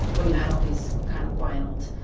when you had all these kind of wild,